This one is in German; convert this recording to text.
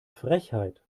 frechheit